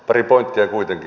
pari pointtia kuitenkin